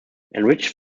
enriched